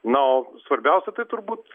na o svarbiausia tai turbūt